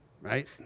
right